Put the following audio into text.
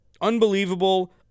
unbelievable